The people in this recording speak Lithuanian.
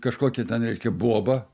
kažkokia ten reiškia boba